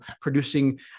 producing